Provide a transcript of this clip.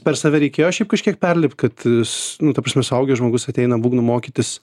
per save reikėjo šiaip kažkiek perlipt kad s nu ta prasme suaugęs žmogus ateina būgnų mokytis